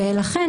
לכן,